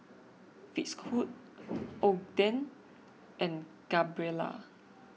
Fitzhugh Ogden and Gabriela